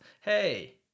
hey